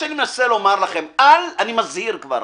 אני מזהיר עכשיו,